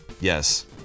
yes